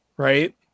Right